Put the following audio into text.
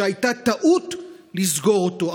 שהייתה טעות לסגור אותו.